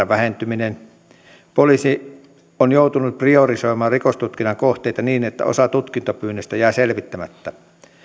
vähentyminen poliisi on joutunut priorisoimaan rikostutkinnan kohteita niin että osa tutkintapyynnöistä jää selvittämättä